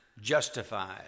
justified